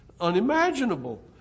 unimaginable